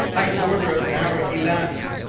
a quarter of an hour elapsed.